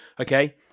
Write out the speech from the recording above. Okay